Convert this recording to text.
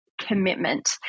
commitment